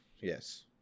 Yes